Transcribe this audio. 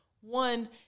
one